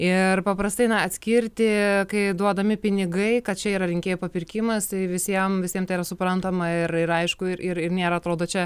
ir paprastai atskirti kai duodami pinigai kad čia yra rinkėjų papirkimas tai visiem visiem tai yra suprantama ir ir aišku ir ir nėra atrodo čia